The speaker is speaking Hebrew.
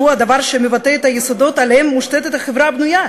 שהוא הדבר שמבטא את היסודות שעליהם מושתתת החברה הבריאה.